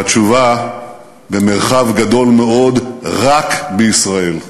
והתשובה: במרחב גדול מאוד, רק בישראל.